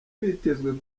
bitezwe